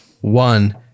One